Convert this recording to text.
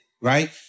right